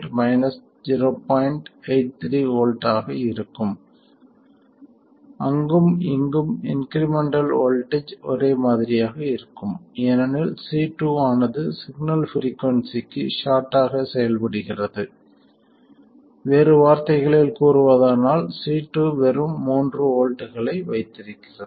83 V ஆக இருக்கும் அங்கும் இங்கும் இன்க்ரிமெண்டல் வோல்ட்டேஜ் ஒரே மாதிரியாக இருக்கும் ஏனெனில் C2 ஆனது சிக்னல் பிரிக்குயின்சிக்கு ஷார்ட் ஆக செயல்படுகிறது வேறு வார்த்தைகளில் கூறுவதானால் C2 வெறும் 3 வோல்ட்களை வைத்திருக்கிறது